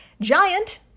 giant